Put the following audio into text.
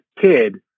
kid